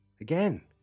again